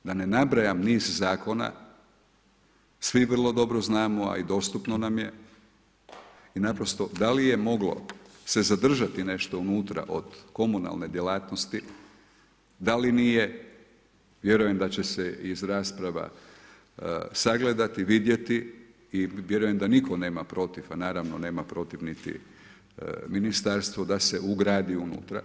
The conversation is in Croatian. Da ne nabrajam niz zakona, svi vrlo dobro znamo, a i dostupno nam je i naprosto da li je moglo se zadržati nešto unutra od komunalne djelatnosti, da li nije, vjerujem da će se iz rasprava sagledati, vidjeti i vjerujem da nitko nema protiv, a naravno nema protiv niti ministarstvo da se ugradi unutra.